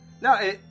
No